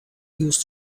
used